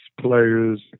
players